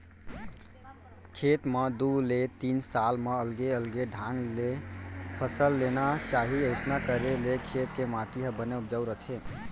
खेत म दू ले तीन साल म अलगे अलगे ढंग ले फसल लेना चाही अइसना करे ले खेत के माटी ह बने उपजाउ रथे